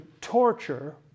torture